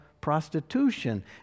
prostitution